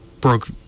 broke